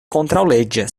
kontraŭleĝa